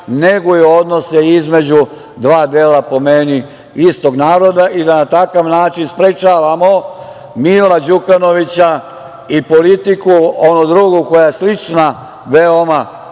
neguju odnose između dva dela, po meni, istog naroda i da na takav način sprečavamo Mila Đukanovića i politiku onu drugu koja je slična veoma